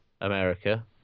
America